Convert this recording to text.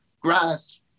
grass